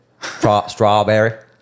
Strawberry